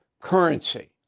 currency